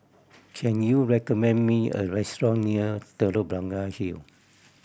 can you recommend me a restaurant near Telok Blangah Hill